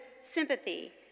sympathy